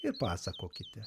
ir pasakokite